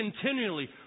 continually